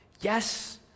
yes